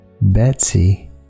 Betsy